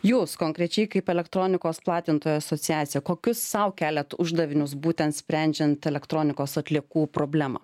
jūs konkrečiai kaip elektronikos platintojų asociacija kokius sau keliat uždavinius būtent sprendžiant elektronikos atliekų problemą